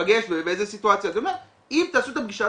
להיפגש ובאיזו סיטואציה אני אומר "אם תעשו את הפגישה,